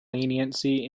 leniency